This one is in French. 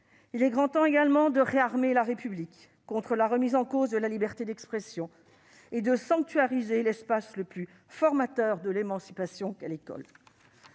Il est grand temps également de réarmer la République contre la remise en cause de la liberté d'expression et de sanctuariser l'espace le plus formateur de l'émancipation qu'est l'école.